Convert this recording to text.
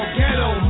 ghetto